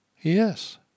Yes